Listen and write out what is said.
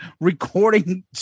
Recording